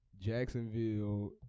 Jacksonville